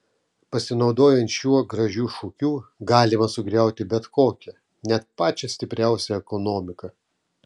pasinaudojant šiuo gražiu šūkiu galima sugriauti bet kokią net pačią stipriausią ekonomiką